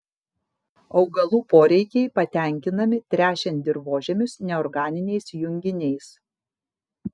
augalų poreikiai patenkinami tręšiant dirvožemius neorganiniais junginiais